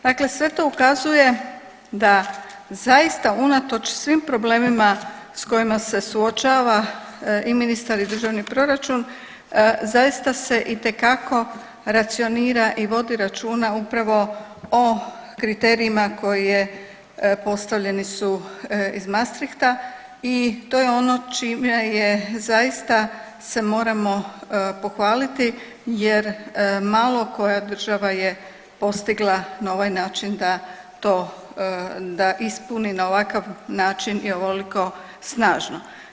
Dakle sve to ukazuje da zaista unatoč svim problemima s kojima se suočava i ministar i državni proračun zaista se itekako racionira i vodi računa upravo o kriterijima koji je, postavljeni su iz mastrihta i to je ono čime je zaista se moramo pohvaliti jer malo koja država je postigla na ovaj način da to, da ispuni na ovakav način i ovoliko snažno.